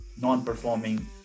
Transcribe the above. non-performing